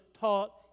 taught